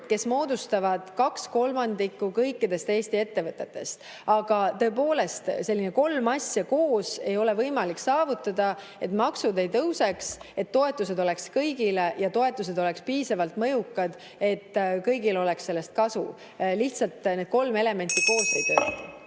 kes moodustavad kaks kolmandikku kõikidest Eesti ettevõtetest. Aga tõepoolest, kolme sellist asja koos ei ole võimalik saavutada, et maksud ei tõuseks, et toetused oleks kõigile ja toetused oleks piisavalt mõjukad, et kõigil oleks sellest kasu. Lihtsalt need kolm elementi koos ei tööta.